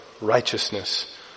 righteousness